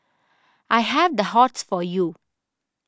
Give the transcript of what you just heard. I have the hots for you